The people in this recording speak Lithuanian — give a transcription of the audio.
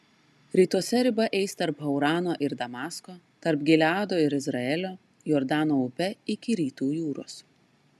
rytuose riba eis tarp haurano ir damasko tarp gileado ir izraelio jordano upe iki rytų jūros